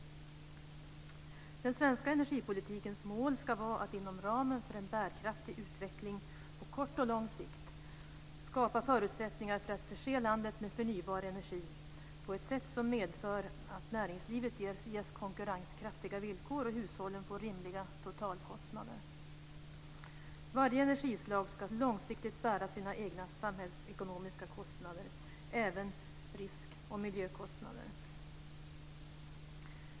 Den svenska energipolitikens mål ska vara att inom ramen för en bärkraftig utveckling på kort och lång sikt skapa förutsättningar för att förse landet med förnybar energi på ett sätt som medför att näringslivet ges konkurrenskraftiga villkor och hushållen får rimliga totalkostnader. Varje energislag ska långsiktigt bära sina egna samhällsekonomiska kostnader, även risk och miljökostnader.